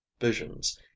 visions